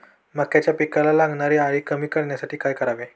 मक्याच्या पिकाला लागणारी अळी कमी करण्यासाठी काय करावे?